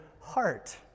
heart